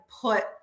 put